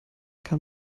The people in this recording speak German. kann